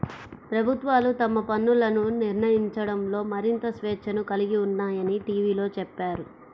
ప్రభుత్వాలు తమ పన్నులను నిర్ణయించడంలో మరింత స్వేచ్ఛను కలిగి ఉన్నాయని టీవీలో చెప్పారు